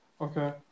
okay